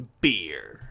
beer